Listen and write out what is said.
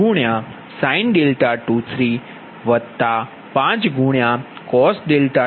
5sin235cos23 P23 0